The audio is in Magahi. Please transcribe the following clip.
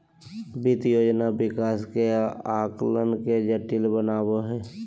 वित्त योजना विकास के आकलन के जटिल बनबो हइ